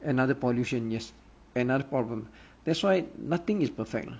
another pollution yes another problem that's why nothing is perfect lah